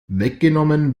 weggenommen